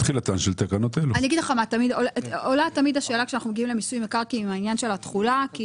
תמיד עולה השאלה - כשאנחנו מגיעים למיסוי מקרקעין - לגבי התחולה כי